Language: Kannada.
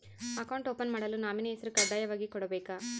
ಅಕೌಂಟ್ ಓಪನ್ ಮಾಡಲು ನಾಮಿನಿ ಹೆಸರು ಕಡ್ಡಾಯವಾಗಿ ಕೊಡಬೇಕಾ?